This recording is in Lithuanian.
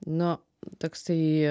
nu toksai